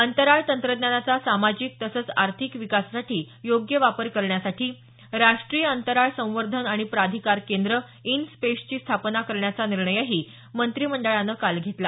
अंतराळ तंत्रज्ञानाचा सामाजिक तसंच आर्थिक विकासासाठी योग्य वापर करण्यासाठी राष्टीय अंतराळ संवर्धन आणि प्राधिकार केंद्र इन स्पेसची स्थापना करण्याचा निर्णयही मंत्रिमंडळानं काल घेतला